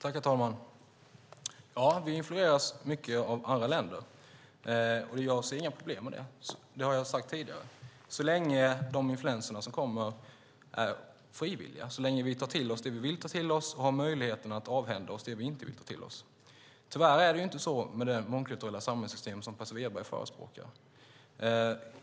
Herr talman! Vi influeras mycket av andra länder. Jag ser inga problem med det, och det har jag sagt tidigare, så länge de influenser som kommer är frivilliga, så länge vi tar till oss det vi vill ta till oss och har möjlighet att avhända oss det vi inte vill ta till oss. Tyvärr är det inte så med det mångkulturella samhällssystem som Per Svedberg förespråkar.